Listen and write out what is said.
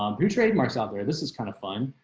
um your trademarks out there. this is kind of fun.